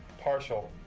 partial